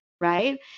right